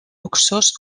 luxós